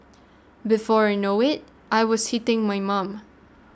before I know it I was hitting my mum